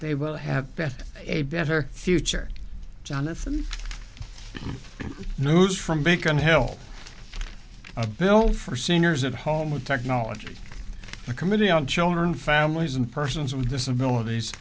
they will have a better future jonathan news from bacon hill a bill for seniors at home with technology the committee on children families and persons with disabilities